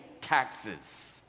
taxes